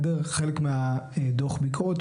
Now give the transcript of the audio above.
אני מדבר על חלק מהדוח ביקורת,